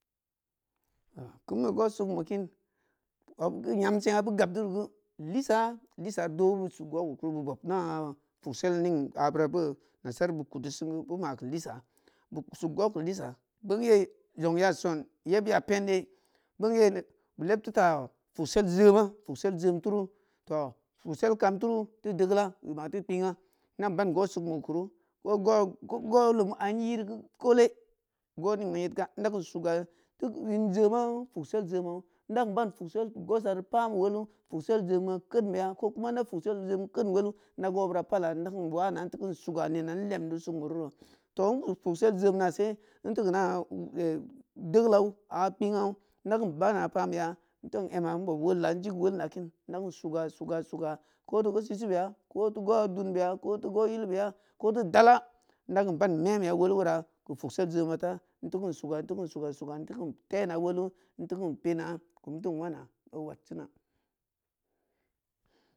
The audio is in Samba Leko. kein be goh sugnbe kein abugeu nyam seng’a beu gab deu ri geu lisa-lisa dodi beu bud beu sug goh keu kuru beu bob ina fugsel ni abura boo nasara beuri kuddi sengeu beu ma keu lisa beu sug goh keu lisa bong yeu ong ya son yeb ya penye bongye leb teuta fugsel jema fugsel jem turu tooh fugsel kam turu teu degeula i ma teu kping’a ina ban goh sugn be keu kuru ko goh-ko goh lum an in iru geu koole goh ningne yedga ida kein suga teu in jema fugsel jem do i dau ban fugsel gohsaru pameu wolu fugsel jemdu kein beya ko kuma ida fugsel jem kedn wolu ida gohbeura pala dakin wana in teu kin suga nena in lemdu sugn be ru ro tooh fugsel jemna se in teu keu na a degeu lau a pking’au i dakin bana pameya i tu ong ema in bob wola in jig wolna kin i da kein suga-suga suga ko teu goh sisu beya ko teu goh dun beya ko teu goh yil beya ko teu dala in dakein ban memeya wolu wora keu fugsel jemata inteu keun suga in teu kein suga-suga in teu kein tena wolu in teu keun pena ku tin wana o wad sina